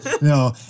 No